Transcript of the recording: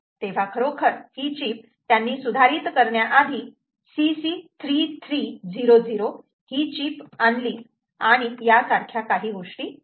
तेव्हा खरोखर ही चिप त्यांनी सुधारित करण्याआधी CC3300 ही चिप आणली आणि यासारख्या गोष्टी आणल्या